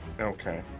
Okay